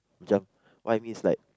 jump what I mean is like